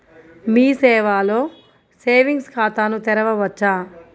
మీ సేవలో సేవింగ్స్ ఖాతాను తెరవవచ్చా?